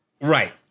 Right